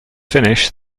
finish